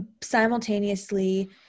simultaneously